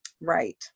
Right